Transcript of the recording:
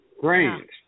great